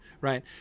right